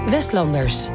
Westlanders